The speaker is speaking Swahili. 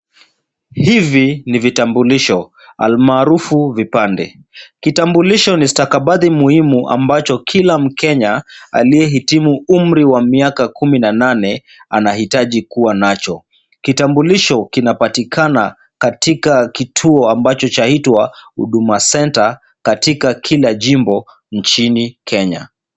Hivi ni vitambulisho, almaarufu vipande. Kitambulisho ni stakabadhi muhimu ambacho kila Mkenya aliyehitimu umri wa miaka kumi na nane anahitaji kuwa nacho. Kitambulisho kinapatikana katika kituo ambacho chaitwa Huduma Centre katika kila jimbo nchini Kenya.